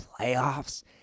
playoffs